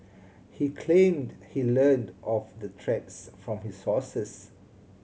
he claimed he learnt of the threats from his sources